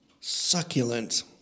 Succulent